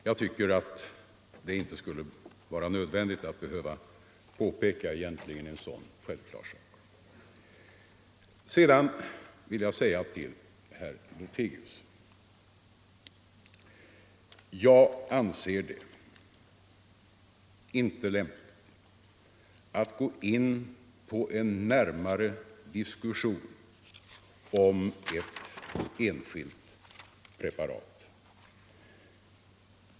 Jag tycker att det egentligen inte skulle vara nödvändigt att påpeka en sådan självklar sak. Vidare vill jag säga till herr Lothigius att jag inte anser det lämpligt att gå in på en närmare diskussion om ett enskilt preparat.